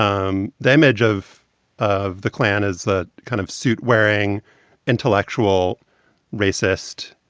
um the image of of the klan as that kind of suit wearing intellectual racist.